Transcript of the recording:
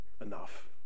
enough